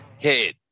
head